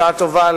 בשעה טובה,